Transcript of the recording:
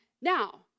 Now